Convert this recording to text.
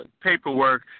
paperwork